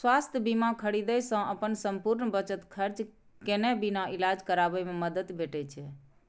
स्वास्थ्य बीमा खरीदै सं अपन संपूर्ण बचत खर्च केने बिना इलाज कराबै मे मदति भेटै छै